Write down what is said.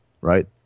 right